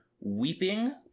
weeping